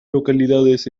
localidades